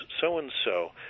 So-and-so